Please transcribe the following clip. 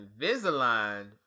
Invisalign